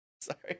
Sorry